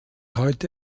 heute